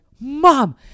mom